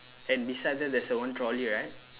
and beside that there's a one trolley right